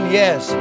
yes